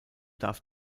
darf